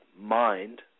mind –